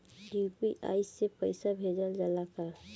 UPI से पईसा भेजल जाला का?